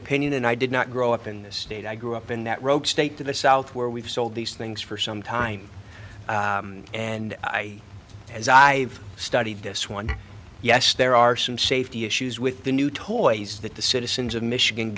opinion and i did not grow up in this state i grew up in that rogue state to the south where we've sold these things for some time and i as i have studied this one yes there are some safety issues with the new toys that the citizens of michigan